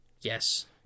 Yes